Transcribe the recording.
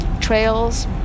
trails